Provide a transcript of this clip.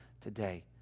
today